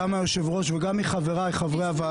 גם מהיושב-ראש וגם מחבריי חברי הוועדה: